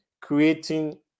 creating